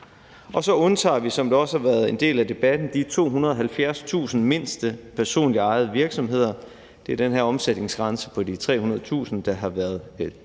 Og så undtager vi, som det også har været en del af debatten, de 270.000 mindste personligt ejede virksomheder – det er den her omsætningsgrænse på de 300.000 kr., der har været